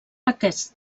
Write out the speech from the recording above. aquests